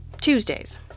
Tuesdays